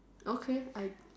okay I